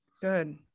Good